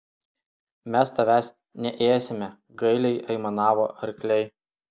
mes tavęs neėsime gailiai aimanavo arkliai